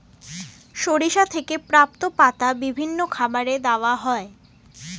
সরিষা থেকে প্রাপ্ত পাতা বিভিন্ন খাবারে দেওয়া হয়